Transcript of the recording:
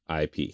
IP